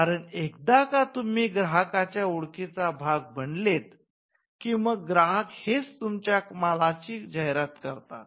कारण एकदा का तुम्ही ग्राहकांच्या ओळखीचा भाग बनलेत की मग ग्राहक हेच तुमच्या मालाची जाहिरात करतात